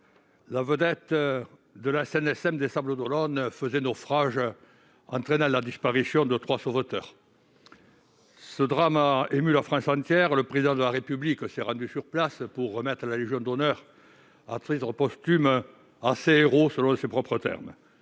sauvetage en mer (SNSM) des Sables-d'Olonne faisait naufrage, entraînant la disparition de trois sauveteurs. Ce drame avait ému la France entière, et le Président de la République s'était rendu sur place pour remettre la Légion d'honneur, à titre posthume, à ces « héros », pour citer ses propres termes.